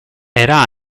era